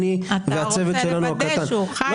אתה רוצה לוודא שהוא חי בצורה טובה.